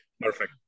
Perfect